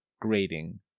grading